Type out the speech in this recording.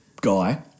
guy